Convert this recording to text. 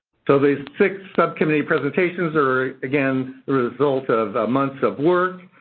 so, these six subcommittee presentations are again the result of months of work,